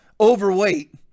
overweight